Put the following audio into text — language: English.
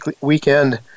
weekend